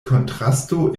kontrasto